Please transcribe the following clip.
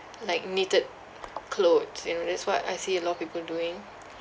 like knitted clothes you know that's what I see a lot of people doing